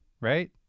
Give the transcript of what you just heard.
Right